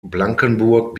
blankenburg